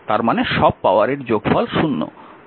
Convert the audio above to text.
তার মানে সব পাওয়ার এর যোগফল 0